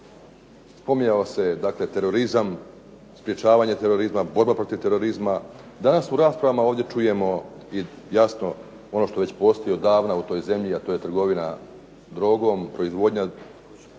spominjao se dakle terorizam, sprečavanje terorizma, borba protiv terorizma. Danas u raspravama ovdje čujemo i jasno ono što već postoji odavna u toj zemlji, a to je trgovina drogom proizvodnja droge.